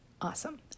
Awesome